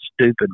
stupid